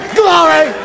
glory